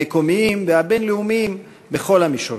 המקומיים והבין-לאומיים בכל המישורים.